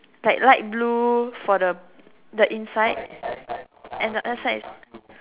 like light blue for the the inside and the another side is